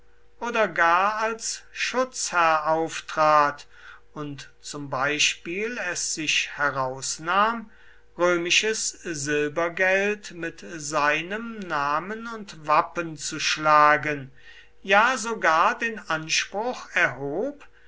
oder gar als schutzherr auftrat und zum beispiel es sich herausnahm römisches silbergeld mit seinem namen und wappen zu schlagen ja sogar den anspruch erhob